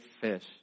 fish